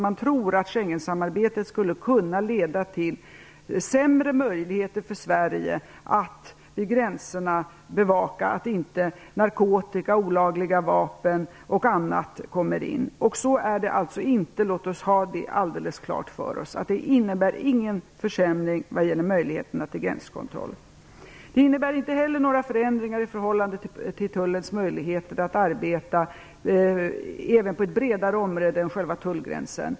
Man tror att Schengensamarbetet skulle kunna leda till sämre möjligheter för Sverige att vid gränserna bevaka att inte narkotika, olagliga vapen och annat kommer in i landet. Så är det alltså inte, och låt oss ha det klart för oss. Schengensamarbetet innebär ingen försämring i fråga om möjligheterna att utöva gränskontroll. Scengenavtalet innebär inte heller några förändringar i förhållande till tullens möjligheter att arbeta även på ett bredare område än vid själva tullgränsen.